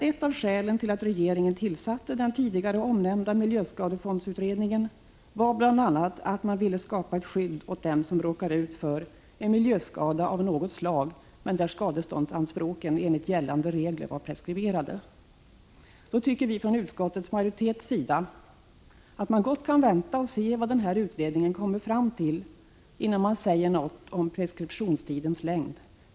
Ett av skälen till att regeringen tillsatte den tidigare omnämnda miljöskadefondsutredningen var att man ville skapa ett skydd åt dem som råkar ut för en miljöskada av något slag, men där skadeståndsanspråk enligt gällande regler var preskriberade. Vi tycker från utskottsmajoritetens sida att man gott kan vänta och se vad utredningen kommer fram till innan man säger något om preskriptionstidens längd.